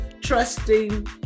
trusting